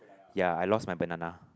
ya I lost my banana